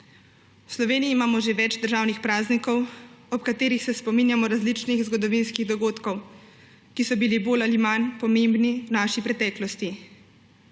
V Sloveniji imamo že več državnih praznikov, ob katerih se spominjamo različnih zgodovinskih dogodkov, ki so bili bolj ali manj pomembni v naši preteklosti.